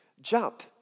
Jump